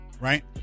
right